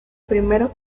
primeros